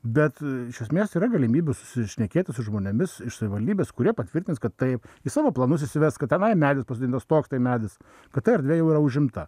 bet iš esmės yra galimybių susišnekėti su žmonėmis iš savivaldybės kurie patvirtins kad taip į savo planus įsives kad tenai medis pasodintas koks tai medis kad ta erdvė yra užimta